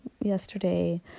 yesterday